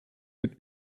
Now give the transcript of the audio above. mit